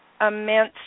immense